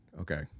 Okay